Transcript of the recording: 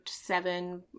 seven